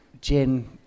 gin